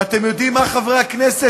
ואתם יודעים מה, חברי הכנסת?